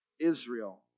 Israel